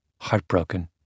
heartbroken